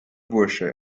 bursche